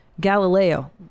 Galileo